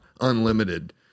unlimited